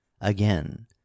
again